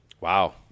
Wow